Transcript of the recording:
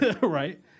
Right